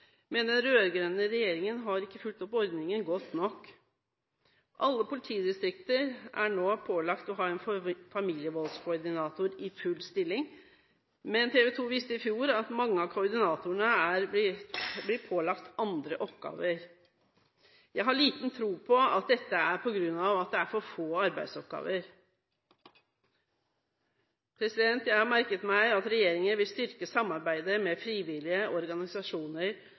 men den rød-grønne regjeringen har ikke fulgt opp ordningen godt nok. Alle politidistrikter er nå pålagt å ha en familievoldskoordinator i full stilling, men TV 2 viste i fjor at mange av koordinatorene blir pålagt andre oppgaver. Jeg har liten tro på at dette er på grunn av at det er for få arbeidsoppgaver. Jeg har merket meg at regjeringen vil styrke samarbeidet med frivillige organisasjoner, bl.a. gjennom «opprettelsen av en tilskuddsordning blant annet for frivillige organisasjoner».